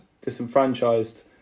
disenfranchised